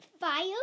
fire